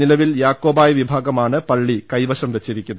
നിലവിൽ യാക്കോബായ വിഭാഗമാണ് പള്ളി കൈവശം വെച്ചി രിക്കുന്നത്